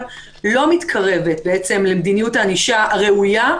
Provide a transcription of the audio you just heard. לא מתקרבת בעצם למדיניות הענישה הראויה,